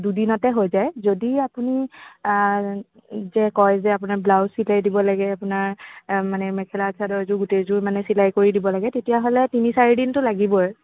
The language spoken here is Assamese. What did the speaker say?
দুদিনতে হৈ যায় যদি আপুনি যে কয় যে আপোনাৰ ব্লাউজ চিলাই দিব লাগে আপোনাৰ মানে মেখেলা চাদৰযোৰ গোটেইযোৰ মানে চিলাই কৰি দিব লাগে তেতিয়া হ'লে তিনি চাৰি দিনটো লাগিবই